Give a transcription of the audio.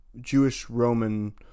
Jewish-Roman